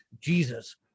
Jesus